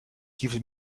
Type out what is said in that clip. gives